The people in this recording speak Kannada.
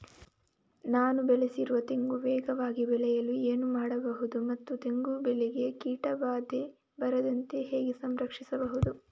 ನಾನು ಬೆಳೆಸಿರುವ ತೆಂಗು ವೇಗವಾಗಿ ಬೆಳೆಯಲು ಏನು ಮಾಡಬಹುದು ಮತ್ತು ತೆಂಗು ಬೆಳೆಗೆ ಕೀಟಬಾಧೆ ಬಾರದಂತೆ ಹೇಗೆ ಸಂರಕ್ಷಿಸುವುದು?